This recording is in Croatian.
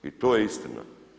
I to je istina.